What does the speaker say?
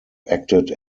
acted